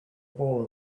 ball